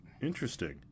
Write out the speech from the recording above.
Interesting